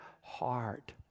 heart